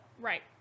Right